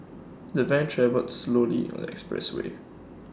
the van travelled slowly on the expressway